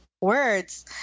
words